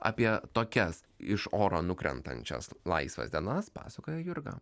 apie tokias iš oro nukrentančias laisvas dienas pasakoja jurga